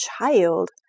child